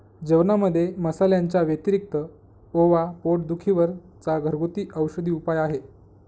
जेवणामध्ये मसाल्यांच्या व्यतिरिक्त ओवा पोट दुखी वर चा घरगुती औषधी उपाय आहे